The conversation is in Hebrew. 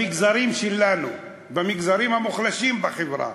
במגזרים שלנו, במגזרים המוחלשים בחברה,